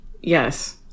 Yes